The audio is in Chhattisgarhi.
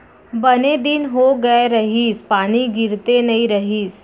बने दिन हो गए रहिस, पानी गिरते नइ रहिस